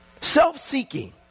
Self-seeking